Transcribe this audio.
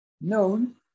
known